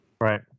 Right